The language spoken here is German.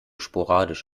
sporadisch